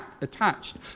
attached